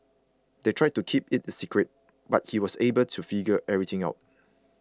they tried to keep it a secret but he was able to figure everything out